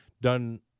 done